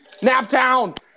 Naptown